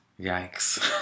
Yikes